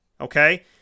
okay